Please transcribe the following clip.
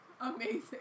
Amazing